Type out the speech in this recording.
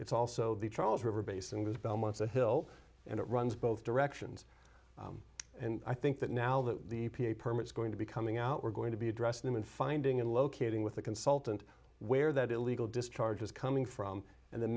it's also the charles river basin with belmont the hill and it runs both directions and i think that now that the e p a permits going to be coming out we're going to be addressed them in finding and locating with a consultant where that illegal discharge is coming from and the